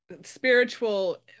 spiritual